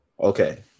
Okay